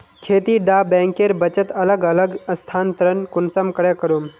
खेती डा बैंकेर बचत अलग अलग स्थानंतरण कुंसम करे करूम?